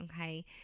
okay